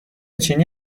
چینی